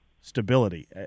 stability